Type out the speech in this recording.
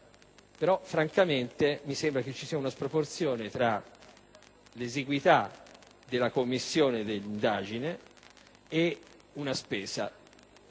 però, francamente, mi sembra ci sia una sproporzione tra l'esiguità della commissione dell'indagine e la spesa.